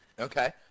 Okay